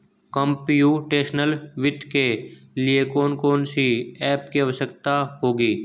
Computational वित्त के लिए कौन कौन सी एप की आवश्यकता होगी?